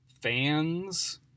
fans